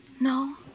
No